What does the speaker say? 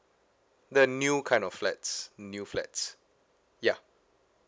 the new kind of flats new flats yeah